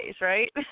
right